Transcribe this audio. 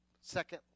second